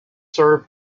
served